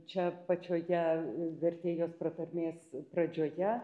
čia pačioje vertėjos pratarmės pradžioje